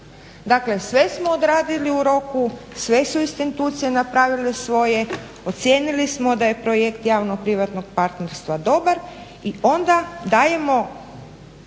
Dakle sve smo odradili u roku sve su institucije napravile svoje, ocijenili smo da je projekt javno-privatno partnerstva dobar i onda dajemo